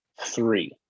three